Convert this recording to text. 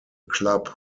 club